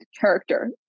character